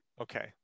Okay